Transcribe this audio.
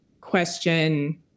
question